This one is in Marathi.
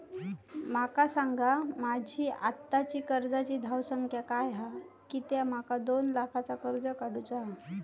माका सांगा माझी आत्ताची कर्जाची धावसंख्या काय हा कित्या माका दोन लाखाचा कर्ज काढू चा हा?